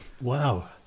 Wow